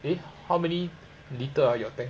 eh how many litter ah you tank